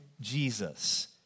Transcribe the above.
Jesus